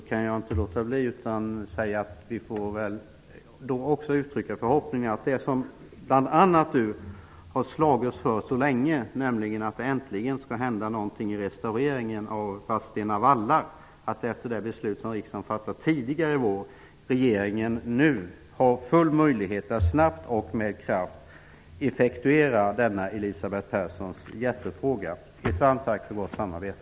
Hon har länge slagits för att det skall hända någonting i fråga om restaureringen av Vadstena vallar. Vi får uttrycka förhoppningen att det äntligen skall hända någonting, efter det beslut som riksdagen fattade tidigare i vår. Regeringen har nu full möjlighet att snabbt och med kraft effektuera denna Elisabeth Perssons hjärtefråga. Ett varmt tack för gott samarbete!